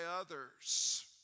others